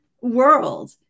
world